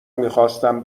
میخواستم